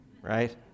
right